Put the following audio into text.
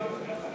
הצעת